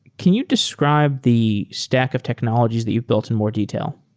can you describe the stack of technologies that you've built in more detail?